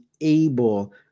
able